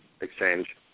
exchange